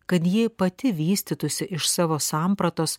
kad ji pati vystytųsi iš savo sampratos